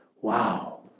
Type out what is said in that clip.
wow